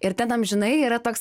ir ten amžinai yra toks